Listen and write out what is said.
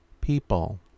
people